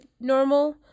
normal